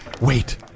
Wait